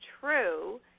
true